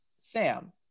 Sam